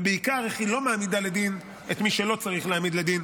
ובעיקר איך היא לא מעמידה לדין את מי שלא צריך להעמיד לדין.